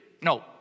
No